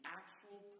actual